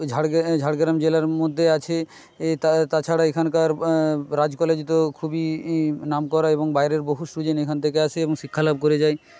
ঝাড়গ্রাম জেলার মধ্যে আছে তাছাড়া এখানকার রাজ কলেজ তো খুবই নামকরা এবং বাইরেও বহু স্টুডেন্ট এখান থেকে আসে এবং শিক্ষা লাভ করে যায়